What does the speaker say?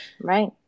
Right